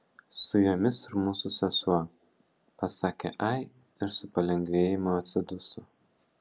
su jomis ir mūsų sesuo pasakė ai ir su palengvėjimu atsiduso